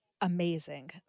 Amazing